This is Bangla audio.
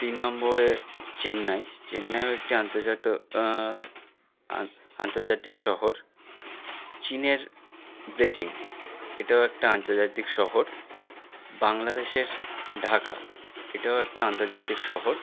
তিন নম্বরে চেন্নাই চেন্নাইও একটি আন্তর্জাতিক আন্তর্জাতিক শহর চিনের বেজিং এটাও একটা আন্তর্জাতিক শহর বাংলাদেশের ঢাকা এটাও একটা আন্তর্জাতিক শহর